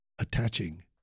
attaching